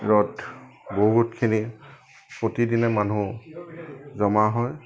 ৰত বহুতখিনি প্ৰতিদিনে মানুহ জমা হয়